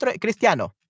Cristiano